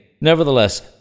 Nevertheless